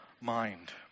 mind